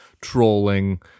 trolling